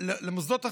למוסדות החינוך,